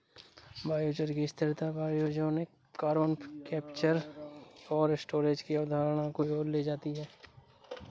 biochar की स्थिरता pyrogenic carbon capture और स्टोरेज की अवधारणा की ओर ले जाती है